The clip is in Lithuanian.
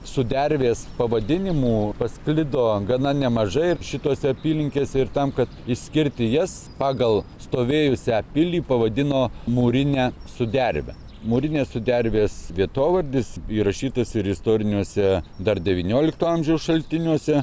sudervės pavadinimų pasklido gana nemažai šitose apylinkėse ir tam kad išskirti jas pagal stovėjusią pilį pavadino mūrine suderve mūrinės sudervės vietovardis įrašytas ir istoriniuose dar devyniolikto amžiaus šaltiniuose